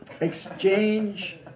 Exchange